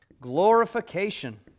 glorification